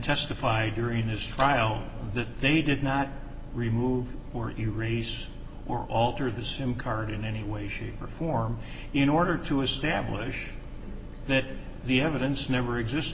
testify during this trial that they did not remove or erase or alter the sim card in any way shape or form in order to establish that the evidence never exist